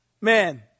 Man